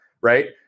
right